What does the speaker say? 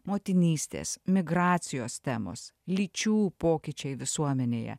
motinystės migracijos temos lyčių pokyčiai visuomenėje